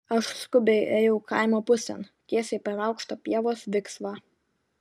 aš skubiai ėjau kaimo pusėn tiesiai per aukštą pievos viksvą